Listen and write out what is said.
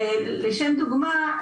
לשם דוגמא,